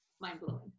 mind-blowing